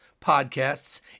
podcasts